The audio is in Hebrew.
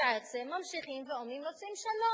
בעצם ממשיכים ואומרים: רוצים שלום,